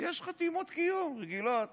יש חתימות, רגילות.